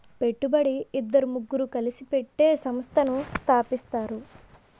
పెట్టుబడి ఇద్దరు ముగ్గురు కలిసి పెట్టి సంస్థను స్థాపిస్తారు